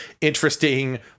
interesting